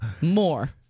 More